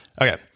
Okay